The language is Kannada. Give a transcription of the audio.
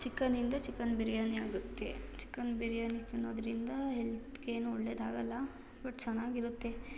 ಚಿಕನಿಂದ ಚಿಕನ್ ಬಿರ್ಯಾನಿ ಆಗುತ್ತೆ ಚಿಕನ್ ಬಿರ್ಯಾನಿ ತಿನ್ನೋದರಿಂದ ಹೆಲ್ತ್ಗೇನೂ ಒಳ್ಳೆಯದಾಗಲ್ಲ ಬಟ್ ಚೆನ್ನಾಗಿರುತ್ತೆ